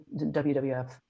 WWF